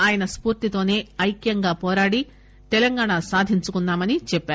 ఆయన స్పూర్తితోనే ఐక్యంగా పోరాడి తెలంగాణ సాధించుకున్నామని చెప్పారు